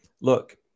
look